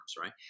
right